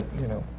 you know,